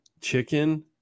Chicken